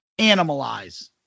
Animalize